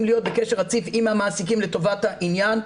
להיות בקשר רציף עם המעסיקים לטובת העניין.